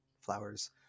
flowers